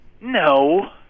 No